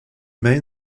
main